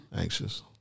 Anxious